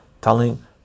telling